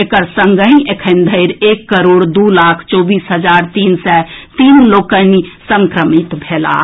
एकर संगहि एखन धरि एक करोड़ दू लाख चौबीस हजार तीन सय तीन लोकनि संक्रमित भेलाह